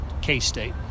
k-state